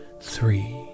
three